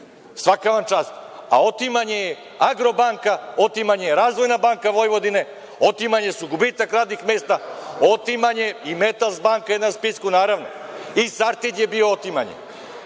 svaka vam čast. Otimanje je „Agrobanka“, otimanje je „Razvojna banka Vojvodine“, otimanje su gubitak radnih mesta. I „Metals banka“ je na spisku, naravno. I „Sartid“ je bio otimanje.